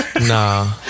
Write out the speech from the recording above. Nah